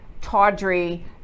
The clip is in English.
tawdry